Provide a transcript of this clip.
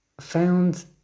found